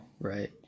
Right